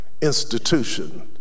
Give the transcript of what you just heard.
institution